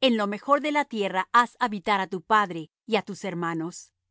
en lo mejor de la tierra haz habitar á tu padre y á tus hermanos